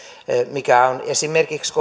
mikä on esimerkiksi